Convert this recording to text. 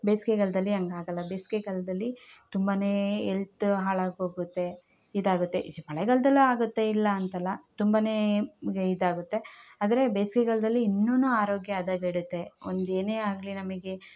ಬೇಸಿಗೆಗಾಲ್ದಲ್ಲಿ ಹಂಗಾಗಲ್ಲ ಬೇಸಿಗೆಗಾಲ್ದಲ್ಲಿ ತುಂಬಾ ಎಲ್ತ್ ಹಾಳಾಗೋಗುತ್ತೆ ಇದು ಆಗುತ್ತೆ ಈಚೆ ಮಳೆಗಾಲದಲ್ಲು ಆಗುತ್ತೆ ಇಲ್ಲ ಅಂತಲ್ಲ ತುಂಬ ನಮಗೆ ಇದು ಆಗುತ್ತೆ ಆದರೆ ಬೇಸಿಗೆಗಾಲ್ದಲ್ಲಿ ಇನ್ನೂನೂ ಆರೋಗ್ಯ ಹದಗೆಡುತ್ತೆ ಒಂದು ಏನೇ ಆಗಲಿ ನಮಗೆ